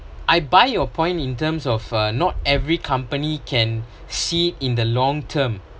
I buy your point in terms of uh not every company can see in the long term